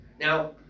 now